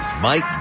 Mike